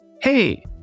Hey